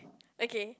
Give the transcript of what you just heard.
okay